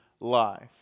life